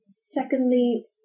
secondly